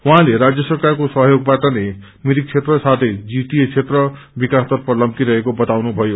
उहाँले राज्य सरकारको सहयोगबाट नै मिरिक क्षेत्र ससथै जीटिए क्षेत्र विकास तर्फ लम्की रहेको वताउनुमयो